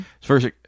First